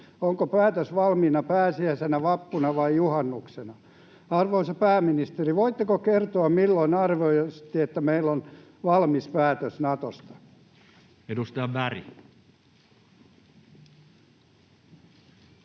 onko päätös valmiina pääsiäisenä, vappuna vain juhannuksena? Arvoisa pääministeri, voitteko kertoa, milloin arvioisitte, että meillä on valmis päätös Natosta? [Speech 32]